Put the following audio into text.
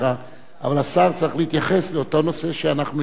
אבל השר צריך להתייחס לאותו נושא שאנחנו הזמנו אותו,